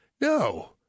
No